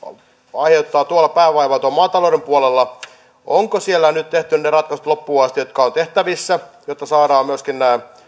aiheuttaa päänvaivaa maatalouden puolella onko siellä nyt tehty loppuun asti ne ratkaisut jotka ovat tehtävissä jotta saadaan myöskin